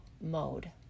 mode